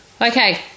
Okay